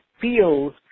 feels